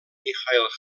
michael